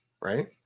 right